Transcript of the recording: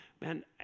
man